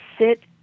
sit